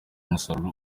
umusaruro